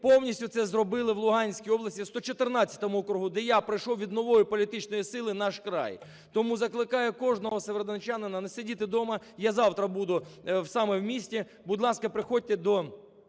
повністю це зробили в Луганській області в 114 окрузі, де я пройшов від нової політичної сили "Наш край". Тому закликаю кожного сєвєродончанина не сидіти вдома. Я завтра буду саме в місті. Будь ласка, приходьте до